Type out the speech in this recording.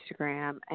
Instagram